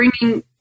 bringing